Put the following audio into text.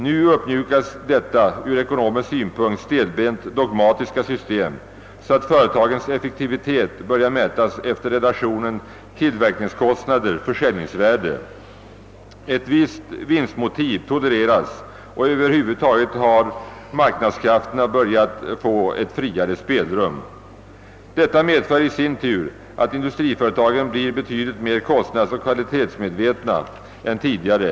Nu uppmjukas detta från ekonomisk synpunkt stelbent dogmatiska system, och företagens effektivitet börjar i stället mätas efter relationen mellan tillverkningskostnader och = försäljningsvärde. Ett visst vinstmotiv tolereras, och över huvud taget har marknadskrafterna börjat få ett friare spelrum. Detta medför i sin tur att industriföretagen blir betydligt mer kostnadsoch kvalitetsmedvetna än tidigare.